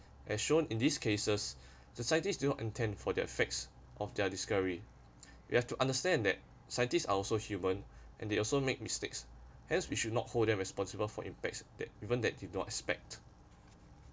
as shown in these cases the scientists do intend for their facts of their discovery we have to understand that scientists are also human and they also make mistakes as we should not hold them responsible for impacts that even that did not expect